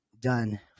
done